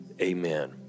amen